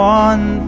one